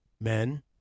Men